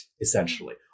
essentially